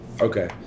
Okay